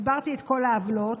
הסברתי את כל העוולות,